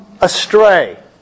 astray